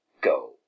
Go